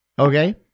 Okay